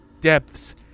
depths